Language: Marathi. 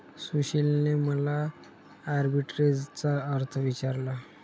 सुशीलने मला आर्बिट्रेजचा अर्थ विचारला